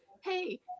Hey